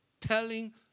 telling